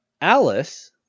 Alice